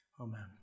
Amen